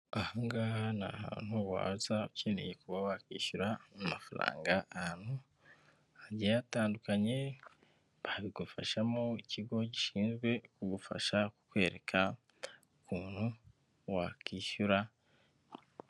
Aha ngaha ni ahantu waza dukeneye kuba wakwishyura amafaranga agiye atandukanye, aha bigufashamo ikigo gishinzwe kugufasha kwereka ukuntu wakwishyura.....